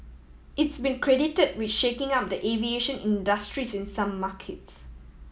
it's been credited with shaking up the aviation industries in some markets